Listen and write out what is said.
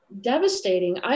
devastating